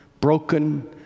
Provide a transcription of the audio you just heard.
broken